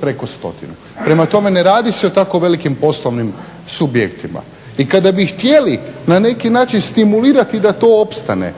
preko stotinu. Prema tome, ne radi se o tako velikim poslovnim subjektima. I kada bi htjeli na neki način stimulirati da to opstane